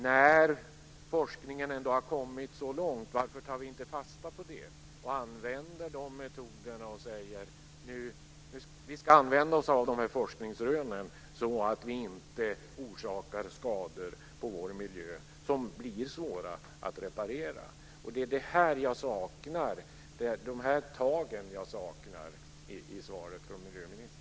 När forskningen ändå har kommit så långt, varför tar vi inte fasta på det, använder de metoderna och säger att vi ska använda oss av forskningsrönen så att vi inte orsakar skador på vår miljö som bli svåra att reparera? Det är de här tagen jag saknar i svaret från miljöministern.